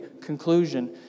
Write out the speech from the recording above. conclusion